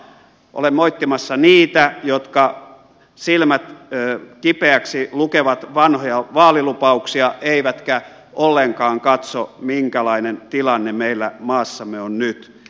olen moittimassa niitä jotka silmät kipeiksi lukevat vanhoja vaalilupauksia eivätkä ollenkaan katso minkälainen tilanne meillä maassamme on nyt